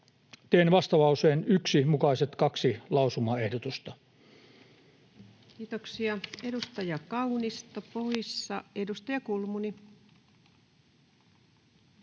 Teen vastalauseen 1 mukaiset kaksi lausumaehdotusta. Kiitoksia. — Edustaja Kaunisto, poissa. — Edustaja Kulmuni.